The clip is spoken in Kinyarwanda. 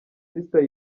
sister